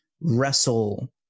wrestle